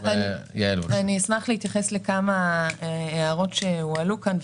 אשמח להתייחס לכמה הערות שנאמרו כאן.